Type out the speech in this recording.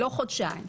לא חודשיים.